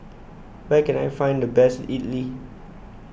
where can I find the best idly